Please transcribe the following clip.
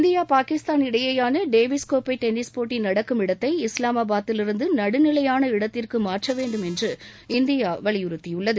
India Pakistan இடையிலான Davis கோப்பை tennis போட்டி நடக்கும் இடத்தை இஸ்லாமாபாதிலிருந்து நடுநிலையான இடத்திற்கு மாற்ற வேண்டும் என்று இந்தியா வலியுறுத்தியுள்ளது